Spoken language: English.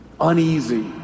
uneasy